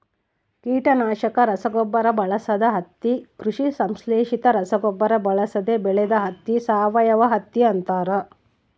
ಕೀಟನಾಶಕ ರಸಗೊಬ್ಬರ ಬಳಸದ ಹತ್ತಿ ಕೃಷಿ ಸಂಶ್ಲೇಷಿತ ರಸಗೊಬ್ಬರ ಬಳಸದೆ ಬೆಳೆದ ಹತ್ತಿ ಸಾವಯವಹತ್ತಿ ಅಂತಾರ